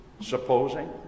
supposing